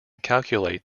calculate